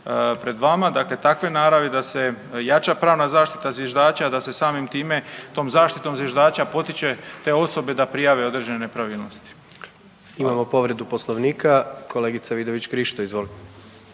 pred vama dakle takve naravi da se jača pravna zaštita zviždača, da se samim time tom zaštitom zviždača potiče te osobe da prijave određene nepravilnosti. **Jandroković, Gordan (HDZ)** Imamo povredu Poslovnika, kolegica Vidović Krišto, izvolite.